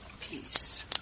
peace